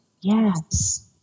Yes